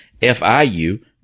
FIU